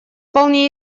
вполне